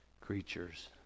creatures